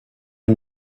une